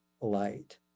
light